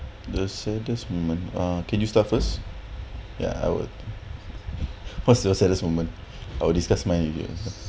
the saddest moment uh can you start first ya I would what's your saddest moment I'll discuss my